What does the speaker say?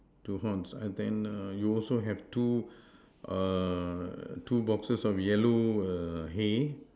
two horns I then err you also have two err two boxes of yellow err hay